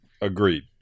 agreed